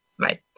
right